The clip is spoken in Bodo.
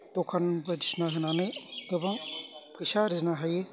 दखान बायदिसिना होनानै गोबां फैसा आरजिनो हायो